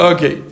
Okay